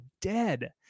dead